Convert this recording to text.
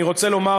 אני רוצה לומר,